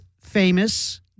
famous